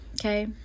okay